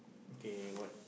okay what